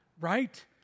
right